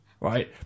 right